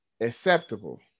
Acceptable